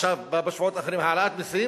עכשיו בשבועות האחרונים, העלאת מסים,